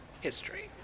history